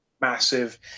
massive